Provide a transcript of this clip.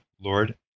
Lord